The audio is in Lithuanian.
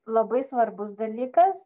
labai svarbus dalykas